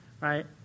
right